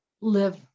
live